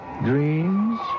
dreams